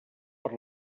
per